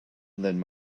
than